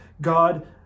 God